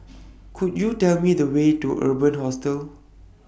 Could YOU Tell Me The Way to Urban Hostel